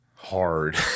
Hard